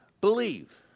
believe